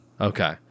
Okay